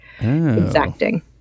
exacting